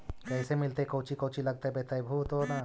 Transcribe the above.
कैसे मिलतय कौची कौची लगतय बतैबहू तो न?